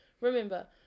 Remember